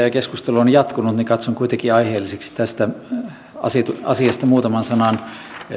ja keskustelu on jatkunut niin katson kuitenkin aiheelliseksi tästä asiasta asiasta muutaman sanan